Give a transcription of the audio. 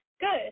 good